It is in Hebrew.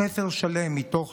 ספר שלם, מתוך